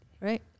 right